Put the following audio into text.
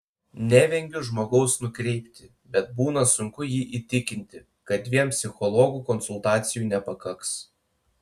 nevengiu žmogaus nukreipti bet būna sunku jį įtikinti kad vien psichologų konsultacijų nepakaks